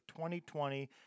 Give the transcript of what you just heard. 2020